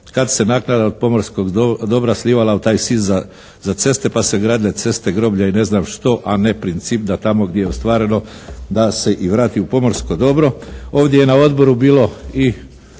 kad se naknada pomorskog dobra slijevala u taj SIZ za ceste pa su se gradile ceste, groblja i ne znam što a ne princip da tamo gdje je ostvareno da se i vrati u pomorsko dobro. Ovdje je na Odboru bilo i